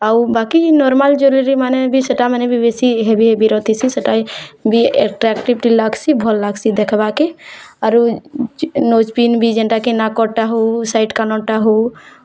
ଆଉ ବାକି ନର୍ମାଲ୍ ଜ୍ୱେଲେରୀମାନେ ବି ସେଇଟାମାନେ ବି ବେଶୀ ହେବି ହେବିର ଥିସି ସେଟା ବି ଆଟ୍ରାକ୍ଟିଭ୍ ଲାଗ୍ସି ଭଲ୍ ଲାଗ୍ସି ଦେଖ୍ବାକେ ଆରୁ ନୋଜ୍ ପିନ୍ ବି ଯେନ୍ଟାକେ ନାକଟା ହଉ କି ସାଇଟ୍ କାନ୍ଟା ହଉ